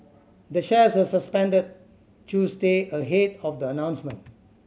the shares were suspended Tuesday ahead of the announcement